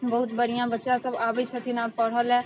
बहुत बढ़िआँ बच्चासब आब आबै छथिन पढ़ऽलए